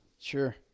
Sure